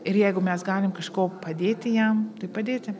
ir jeigu mes galim kažko padėti jam tai padėti